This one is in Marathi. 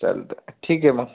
चालतं आहे ठीक आहे मग